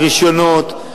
רשיונות,